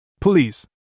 Please